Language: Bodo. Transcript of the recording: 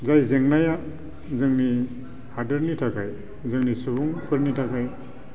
जाय जेंनाया जोंनि हादोरनि थाखाय जोंनि सुबुंफोरनि थाखाय